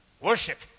worship